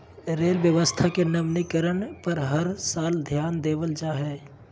rail व्यवस्था के नवीनीकरण पर हर साल ध्यान देवल जा हइ